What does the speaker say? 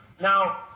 Now